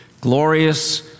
glorious